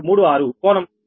36 కోణం 116